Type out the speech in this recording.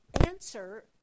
answer